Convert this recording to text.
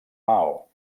mao